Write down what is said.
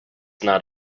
not